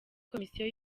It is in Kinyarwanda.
komisiyo